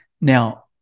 Now